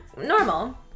normal